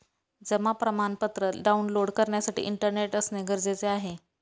जमा प्रमाणपत्र डाऊनलोड करण्यासाठी इंटरनेट असणे गरजेचे आहे